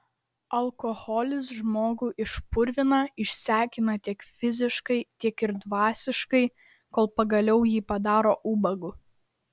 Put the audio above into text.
alkoholis žmogų išpurvina išsekina tiek fiziškai tiek ir dvasiškai kol pagaliau jį padaro ubagu